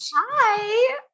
Hi